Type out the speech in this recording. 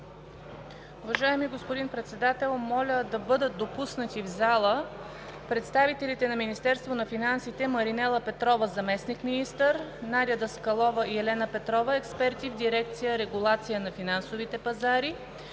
Уважаеми господин Председател, моля да бъдат допуснати в залата представителите на Министерството на финансите: Маринела Петрова – заместник-министър, Надя Даскалова и Елена Петрова – експерти в дирекция „Регулация на финансовите пазари“;